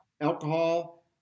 alcohol